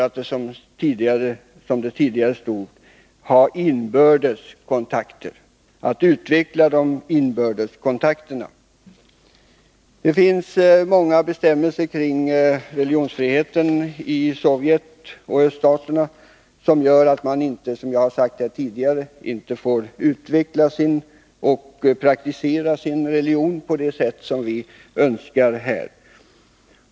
Tidigare stod det ”ha” inbördes kontakter i stället för att ”utveckla” inbördes kontakter. Det finns många bestämmelser kring religionsfriheten i Sovjet och öststaterna som gör att man där, som jag sagt tidigare, inte får utveckla och praktisera sin religion på det sätt vi önskar här.